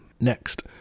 next